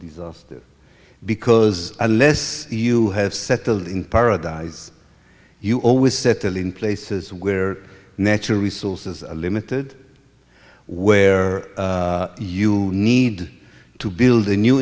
disaster because unless you have settled in paradise you always settle in places where natural resources are limited where you need to build a new